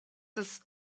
his